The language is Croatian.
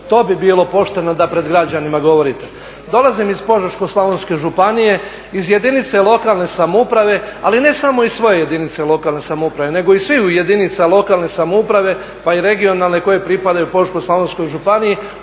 To bi bilo pošteno da pred građanima govorite. Dolazim iz Požeško-slavonske županije, iz jedinice lokalne samouprave, ali ne samo iz svoje jedinice lokalne samouprave, nego sviju jedinica lokalne samouprave pa i regionalne koje pripadaju Požeško-slavonskoj županiji,